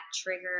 trigger